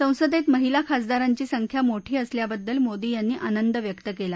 संसदेत महिला खासदारांची संख्या मोठी असल्याबद्दल मोदी यांनी आंनद व्यक्त केला